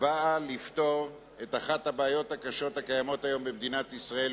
באה לפתור את אחת הבעיות הקשות הקיימות היום במדינת ישראל,